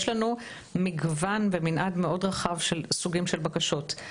יש לנו מגוון ומנעד מאוד רחב של סוגים של בקשות,